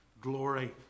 glory